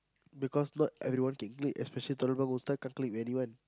because not everyone can clique especially can't clique with anyone